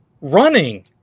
running